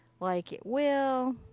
like it will.